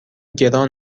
گران